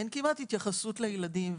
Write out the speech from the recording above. אין כמעט התייחסות לילדים.